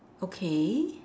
okay